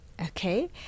Okay